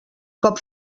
cop